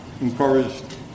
encouraged